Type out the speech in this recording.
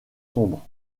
sombres